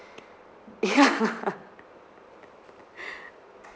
ya